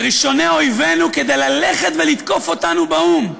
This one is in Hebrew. בראשוני אויבינו כדי ללכת ולתקוף אותנו באו"ם,